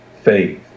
faith